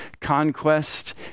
conquest